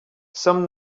some